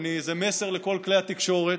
וזה מסר לכל כלי התקשורת,